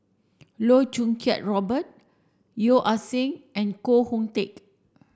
Loh Choo Kiat Robert Yeo Ah Seng and Koh Hoon Teck